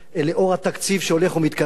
לאור התקציב שהולך ומתקרב,